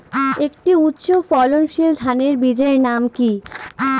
একটি উচ্চ ফলনশীল ধানের বীজের নাম কী?